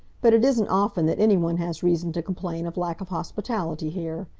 but it isn't often that any one has reason to complain of lack of hospitality here.